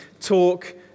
talk